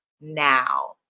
now